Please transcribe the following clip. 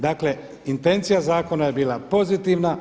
Dakle, intencija zakona je bila pozitivna.